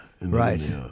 Right